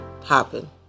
popping